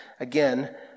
Again